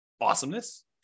Awesomeness